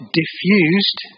diffused